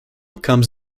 comes